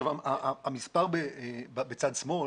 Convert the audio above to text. המספר בצד שמאל